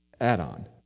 add-on